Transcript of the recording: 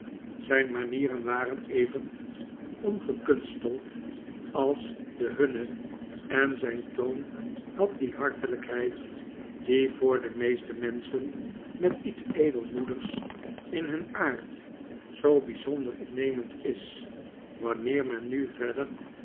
zijn manieren waren even ongekunsteld als de hunne en zijn toon had die hartelijkheid die voor de meeste menschen met iets edelmoedigs in hun aard zoo bijzonder innemend is wanneer men nu verder